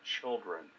children